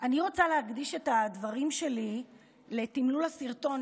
אני רוצה להקדיש את הדברים שלי לתמלול הסרטון,